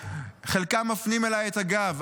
שחלקם מפנים אליי את הגב?